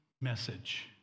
message